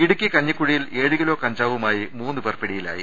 ഇടുക്കി കഞ്ഞിക്കുഴിയിൽ ഏഴ് കിലോ കഞ്ചാവുമായി മൂന്ന് പേർ പിടിയിലായി